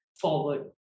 forward